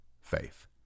faith